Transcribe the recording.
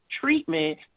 treatment